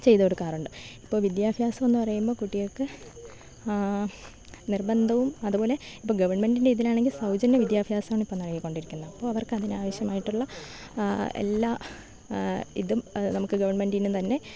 ചെയ്തു കൊടുക്കാറുണ്ട് ഇപ്പോൾ വിദ്യാഭ്യാസം എന്ന് പറയുമ്പോൾ കുട്ടികൾക്ക് നിർബന്ധവും അതുപോലെ ഇപ്പം ഗവൺമെൻ്റിൻ്റെ ഇതിൽ ആണെങ്കിൽ സൗജന്യ വിദ്യാഭ്യാസമാണ് ഇപ്പം നൽകികൊണ്ട് ഇരിക്കുന്നത് അപ്പോൾ അവർക്ക് അതിന് ആവശ്യമായിട്ടുള്ള എല്ലാ ഇതും നമുക്ക് ഗവൺമെൻ്റിൽ നിന്ന് തന്നെ